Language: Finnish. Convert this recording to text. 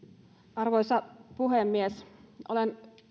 arvoisa puhemies olen